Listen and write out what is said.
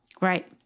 Right